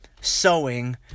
sewing